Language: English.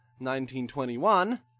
1921